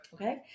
okay